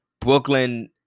Brooklyn